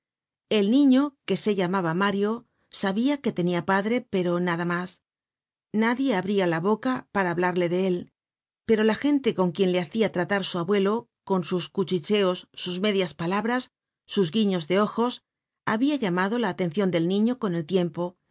el niño que se llamaba mario sabia que tenia padre pero nada mas nadie abria la boca para hablarle de él pero la gente con quien le hacia tratar su abuelo con sus cuchicheos sus medias palabras sus guiños de ojos habia llamado la atencion del niño con el tiempo